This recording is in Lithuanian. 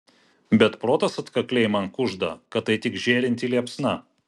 bet protas atkakliai man kužda kad tai tik žėrinti liepsna